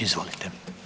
Izvolite.